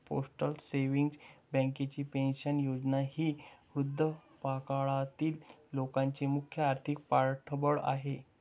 postal savings बँकेची pension योजना ही वृद्धापकाळातील लोकांचे मुख्य आर्थिक पाठबळ आहे